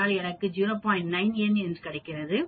9n உள்ளது